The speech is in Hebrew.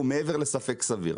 הוא מעבר לספק סביר.